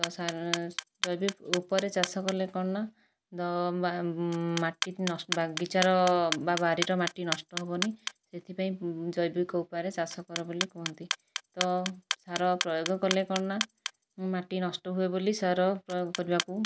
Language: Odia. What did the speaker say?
ତ ସାର ଜୈବିକ ଉପାୟରେ ଚାଷ କଲେ କ'ଣ ନା ମାଟି ବଗିଚାର ବା ବାରିର ମାଟି ନଷ୍ଟ ହେବନାହିଁ ସେଥିପାଇଁ ଜୈବିକ ଉପାୟରେ ଚାଷ କର ବୋଲି କହନ୍ତି ତ ସାର ପ୍ରୟୋଗ କଲେ କ'ଣ ନା ମାଟି ନଷ୍ଟ ହୁଏ ବୋଲି ସାର ପ୍ରୟୋଗ କରିବାକୁ